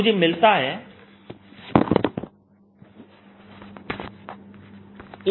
तो मुझे मिलता है कि Az0Ky2